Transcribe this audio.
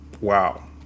wow